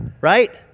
right